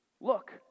Look